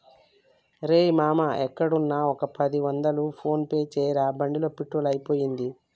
రేయ్ మామా ఎక్కడున్నా ఒక పది వందలు ఫోన్ పే చేయరా బండిలో పెట్రోల్ అయిపోయింది